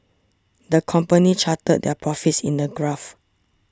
the company charted their profits in a graph